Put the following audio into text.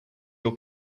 your